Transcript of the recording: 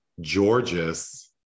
Georges